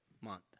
month